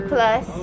Plus